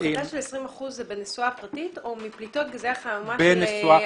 הפחתה של 20 אחוזים הם בנסועה הפרטית או מפליטות גזי החממה של התחבורה?